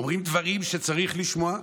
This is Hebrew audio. אומרים דברים שצריך לשמוע?